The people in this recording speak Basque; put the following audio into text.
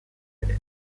ere